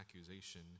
accusation